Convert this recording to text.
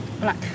Black